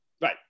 Right